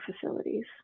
facilities